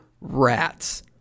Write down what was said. rats